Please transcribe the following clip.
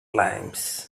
limes